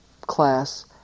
class